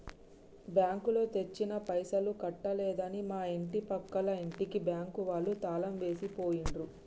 బ్యాంకులో తెచ్చిన పైసలు కట్టలేదని మా ఇంటి పక్కల ఇంటికి బ్యాంకు వాళ్ళు తాళం వేసి పోయిండ్రు